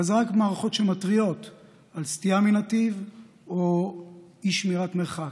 אבל אלה רק מערכות שמתריעות על סטייה מנתיב או אי-שמירת מרחק.